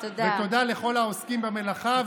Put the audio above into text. ותודה לכל העוסקים במלאכה,